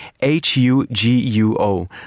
H-U-G-U-O